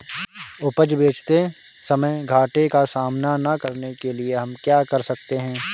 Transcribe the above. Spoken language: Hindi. उपज बेचते समय घाटे का सामना न करने के लिए हम क्या कर सकते हैं?